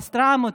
פסטרמות.